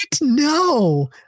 No